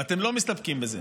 ואתם לא מסתפקים בזה,